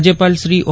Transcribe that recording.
રાજ્યપાલશ્રી ઓ